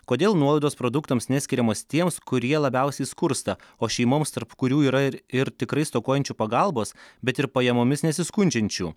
kodėl nuolaidos produktams neskiriamos tiems kurie labiausiai skursta o šeimoms tarp kurių yra ir ir tikrai stokojančių pagalbos bet ir pajamomis nesiskundžiančių